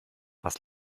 was